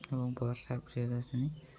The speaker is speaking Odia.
ଏବଂ ବର୍ଷା ପ୍ରିୟଦର୍ଶିନୀ